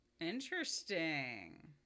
Interesting